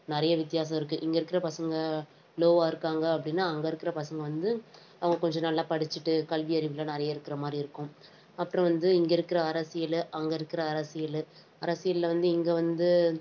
நிறைய வித்தியாசம் இருக்குது இங்கே இருக்கிற பசங்க லோவாக இருக்காங்க அப்படின்னா அங்கே இருக்கிற பசங்க வந்து அவங்க கொஞ்சம் நல்லா படிச்சிட்டு கல்வி அறிவில் நிறைய இருக்கிற மாதிரி இருக்கும் அப்புறம் வந்து இங்கே இருக்கிற அரசியல் அங்கே இருக்கிற அரசியல் அரசியல்ல வந்து இங்கே வந்து